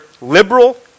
liberal